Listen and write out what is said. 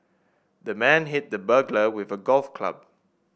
the man hit the burglar with a golf club